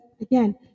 again